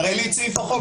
תראה לי את סעיף החוק.